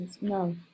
No